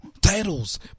titles